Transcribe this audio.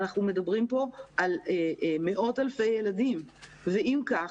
אנחנו מדברים כאן על מאות אלפי ילדים ואם כך,